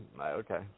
Okay